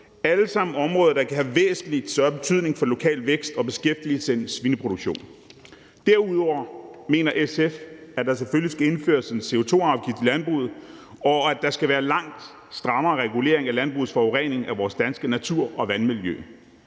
alle sammen områder, der kan have væsentlig større betydning for lokal vækst og beskæftigelse end svineproduktion. Derudover mener SF, at der selvfølgelig skal indføres en CO2-afgift på landbruget, og at der skal være en langt strammere regulering af landbrugets forurening af vores danske natur og vandmiljø.